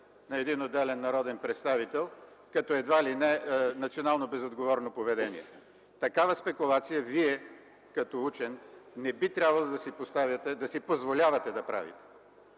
на един отделен народен представител, като едва ли не национално безотговорно поведение. Такава спекулация Вие като учен не би трябвало да си позволявате да правите.